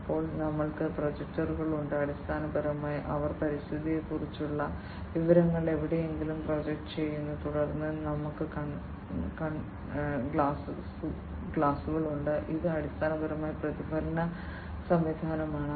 അപ്പോൾ ഞങ്ങൾക്ക് പ്രൊജക്ടറുകൾ ഉണ്ട് അടിസ്ഥാനപരമായി അവർ പരിസ്ഥിതിയെക്കുറിച്ചുള്ള വിവരങ്ങൾ എവിടെയെങ്കിലും പ്രൊജക്റ്റ് ചെയ്യുന്നു തുടർന്ന് ഞങ്ങൾക്ക് കണ്ണാടികളുണ്ട് ഇത് അടിസ്ഥാനപരമായി പ്രതിഫലന സംവിധാനമാണ്